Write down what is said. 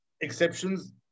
exceptions